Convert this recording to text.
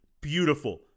beautiful